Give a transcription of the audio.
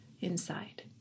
inside